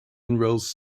enrolls